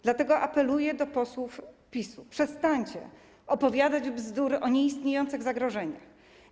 Dlatego apeluję do posłów PiS-u: przestańcie opowiadać bzdury o nieistniejących zagrożeniach.